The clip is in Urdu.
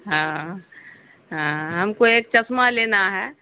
ہاں ہاں ہم کو ایک چشمہ لینا ہے